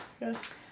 Yes